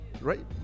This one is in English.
Right